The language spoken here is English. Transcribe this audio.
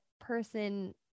person